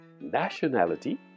nationality